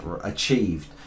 achieved